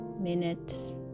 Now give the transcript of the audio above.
minute